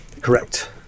correct